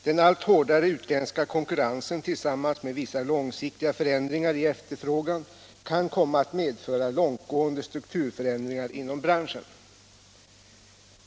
Den allt hårdare utländska konkurrensen tillsam = ningen inom mans med vissa långsiktiga förändringar i efterfrågan kan komma att = järn och stålindumedföra långtgående strukturförändringar inom branschen.